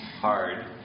hard